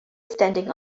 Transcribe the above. standing